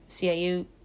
CAU